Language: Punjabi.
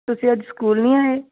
ਤੁਸੀਂ ਅੱਜ ਸਕੂਲ ਨਹੀਂ ਆਏ